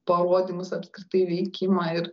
parodymus apskritai veikimą ir